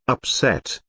upset,